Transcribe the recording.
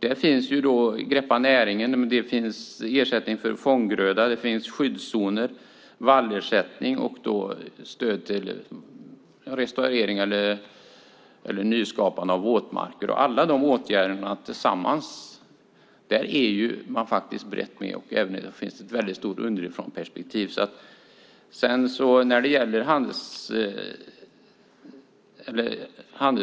Där finns Greppa näringen, ersättning för fånggröda, skyddszoner, vallersättning och stöd till restaurering eller nyskapande av våtmarker. Man är brett med om alla de åtgärderna tillsammans, och det finns ett stort underifrånperspektiv. Handelsgödsel är en väldigt komplex